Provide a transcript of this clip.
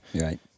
Right